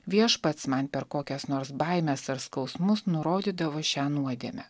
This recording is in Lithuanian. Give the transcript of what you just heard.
viešpats man per kokias nors baimes ar skausmus nurodydavo šią nuodėmę